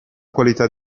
qualità